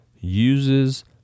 uses